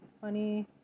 funny